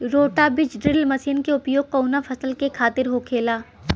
रोटा बिज drill machine के उपयोग कऊना फसल खातिर होखेला?